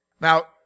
Now